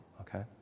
okay